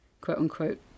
quote-unquote